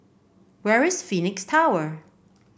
where is Phoenix Tower